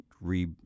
re